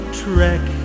trek